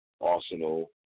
Arsenal